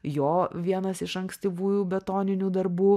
jo vienas iš ankstyvųjų betoninių darbų